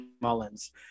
Mullins